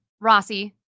Rossi